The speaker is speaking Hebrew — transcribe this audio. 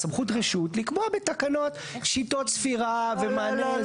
סמכות רשות לקבוע בתקנות שיטות ספירה ומענה.